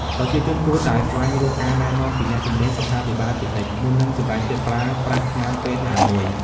ប្រជាជនគួរតែស្វែងរកការណែនាំពីអ្នកជំនាញសុខាភិបាលជានិច្ច មុននឹងសម្រេចចិត្តប្រើប្រាស់ថ្នាំពេទ្យណាមួយ។